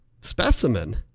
specimen